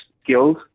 skills